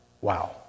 Wow